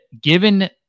given